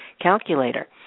calculator